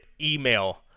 email